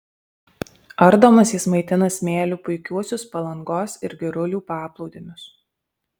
ardomas jis maitina smėliu puikiuosius palangos ir girulių paplūdimius